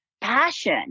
passion